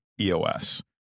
EOS